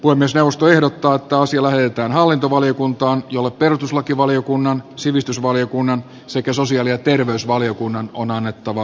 puhemiesneuvosto ehdottaa että asia lähetetään hallintovaliokuntaan jolle perustuslakivaliokunnan sivistysvaliokunnan sekä sosiaali ja terveysvaliokunnan on annettava lausunto